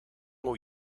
will